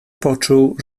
poczuł